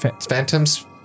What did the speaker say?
phantoms